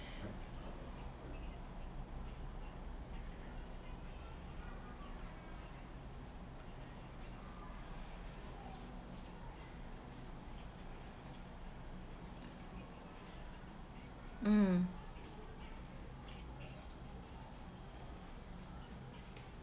um